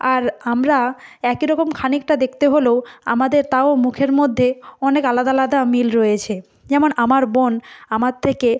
আর আমরা একই রকম খানিকটা দেখতে হলেও আমাদের তাও মুখের মধ্যে অনেক আলাদা আলাদা মিল রয়েছে যেমন আমার বোন আমার থেকে